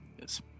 Yes